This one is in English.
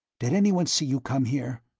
did anyone see you come here?